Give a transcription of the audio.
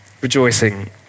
rejoicing